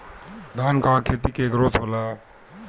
धान का खेती के ग्रोथ होला?